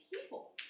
people